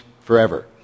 forever